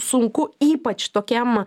sunku ypač tokiam